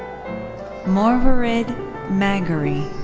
morvarid maghari.